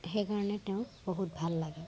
সেইকাৰণে তেওঁক বহুত ভাল লাগে